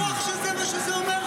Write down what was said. אתה בטוח שזה מה שזה אומר?